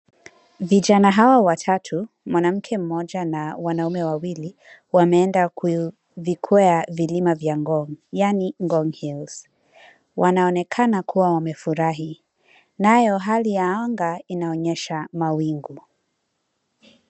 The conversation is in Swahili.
Vijana hawa watatu, mwanamke mmoja na wanaume wawili wameenda kuvikwea vilima vya Ngong, yaani Ngong Hills . Wanaonekana kuwa wamefurahi nayo hali ya anga inaonyesha mawingu.